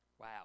Wow